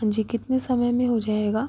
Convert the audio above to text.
हाँ जी कितने समय में हो जाएगा